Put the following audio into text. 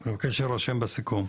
ואני מבקש שזה יירשם בסיכום,